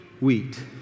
Wheat